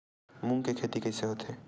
मूंग के खेती कइसे होथे?